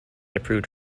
approved